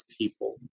people